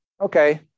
Okay